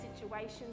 situations